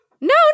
No